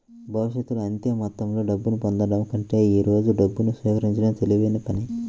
భవిష్యత్తులో అంతే మొత్తంలో డబ్బును పొందడం కంటే ఈ రోజు డబ్బును స్వీకరించడం తెలివైన పని